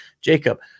Jacob